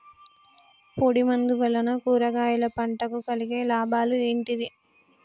పొడిమందు వలన కూరగాయల పంటకు కలిగే లాభాలు ఏంటిది?